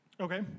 Okay